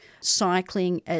cycling